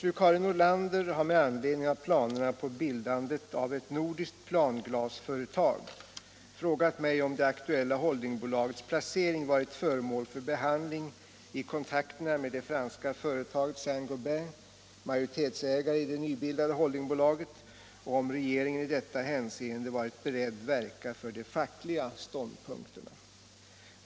glasindustrin dandet av ett nordiskt planglasföretag frågat mig om det aktuella holdingbolagets placering varit föremål för behandling i kontakterna med det franska företaget Saint Gobain, majoritetsägare i det nybildade holdingbolaget, och om regeringen i detta hänseende varit beredd verka för de fackliga ståndpunkterna.